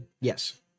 Yes